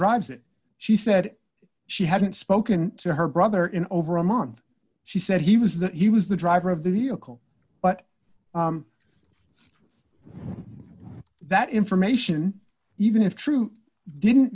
drives it she said she hadn't spoken to her brother in over a month she said he was that he was the driver of the vehicle but that information even if true didn't